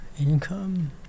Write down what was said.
income